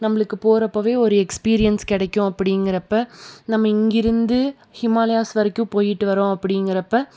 நம்மளுக்கு போகிறப்பவே ஒரு எக்ஸ்பீரியன்ஸ் கிடைக்கும் அப்படிங்கிறப்ப நம்ம இங்கே ருந்து ஹிமாலயாஸ் வரைக்கும் போயிட்டு வரோம் அப்படிங்கிறப்ப